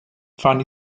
funny